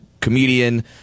comedian